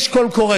יש קול קורא.